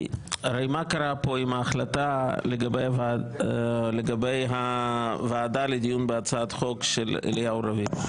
הרי מה קרה פה עם ההחלטה לגבי הוועדה לדיון בהצעת החוק של אליהו רביבו?